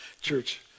church